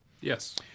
Yes